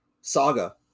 Saga